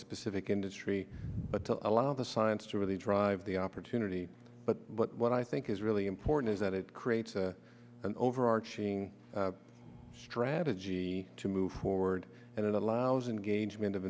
specific industry but to allow the science to really drive the opportune unity but what i think is really important is that it creates an overarching strategy to move forward and it allows engagement of